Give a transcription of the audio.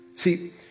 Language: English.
See